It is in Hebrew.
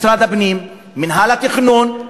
משרד הפנים, מינהל התכנון,